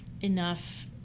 enough